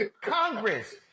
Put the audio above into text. Congress